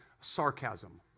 sarcasm